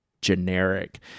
generic